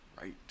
right